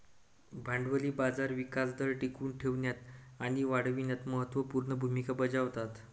भांडवली बाजार विकास दर टिकवून ठेवण्यात आणि वाढविण्यात महत्त्व पूर्ण भूमिका बजावतात